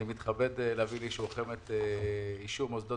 אני מתכבד להביא לאישורכם את אישור מוסדות